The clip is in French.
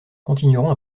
continueront